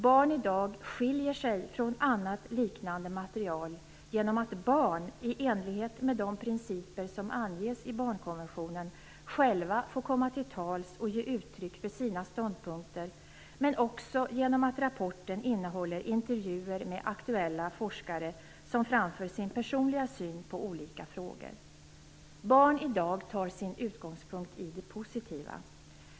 Barn idag skiljer sig från annat liknande material genom att barn, i enlighet med de principer som anges i barnkonventionen, själva får komma till tals och ge uttryck för sina ståndpunkter, men också genom att rapporten innehåller intervjuer med aktuella forskare som framför sin personliga syn på olika frågor. Barn idag tar sin utgångspunkt i det positiva.